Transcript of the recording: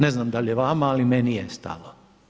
Ne znam da li je vama, ali meni je stalo.